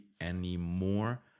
anymore